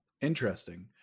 Interesting